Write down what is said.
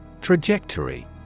Trajectory